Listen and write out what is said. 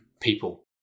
people